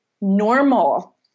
normal